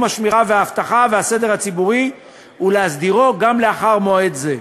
השמירה והאבטחה והסדר הציבורי ולהסדירו גם לאחר מועד זה.